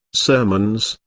sermons,